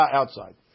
outside